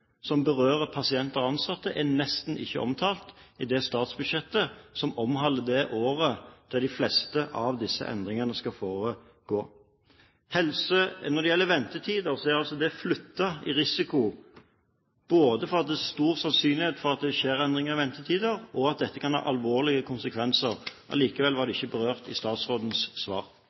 som berører pasienter og ansatte, er nesten ikke omtalt i det statsbudsjettet som omhandler det året da de fleste av disse endringene skal foregå. Når det gjelder ventetider, så er det flyttet i risiko, både fordi det er stor sannsynlighet for at det skjer endringer i ventetiden, og at dette kan ha alvorlige konsekvenser. Allikevel var det ikke berørt i statsrådens svar.